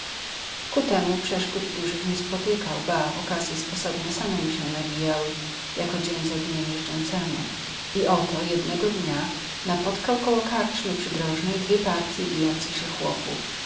ku temu przeszkód dużych nie spotykał ba okazje sposobne same mu się nawijały jako dzień za dniem jeżdżącemu i oto jednego dnia napotkał koło karczmy przydrożnej dwie partje bijących się chłopów